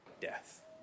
death